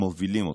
מובילים אותך.